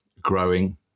growing